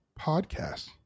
podcast